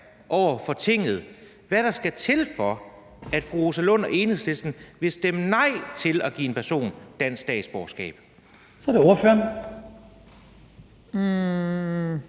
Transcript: over for Tinget, hvad der skal til, for at fru Rosa Lund og Enhedslisten vil stemme nej til at give en person dansk statsborgerskab? Kl. 15:12 Den